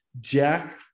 Jack